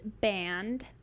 band